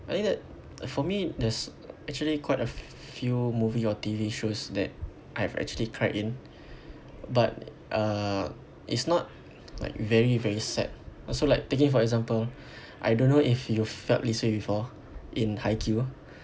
I think that for me there's actually quite a few movie or T_V shows that I've actually cried in but uh it's not like very very sad also like taking for example I don't know if you felt this way before in haikyu